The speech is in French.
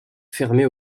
fermée